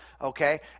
Okay